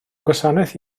gwasanaeth